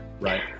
right